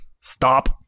Stop